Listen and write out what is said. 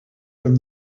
from